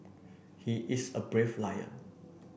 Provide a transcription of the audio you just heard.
he is a brave lion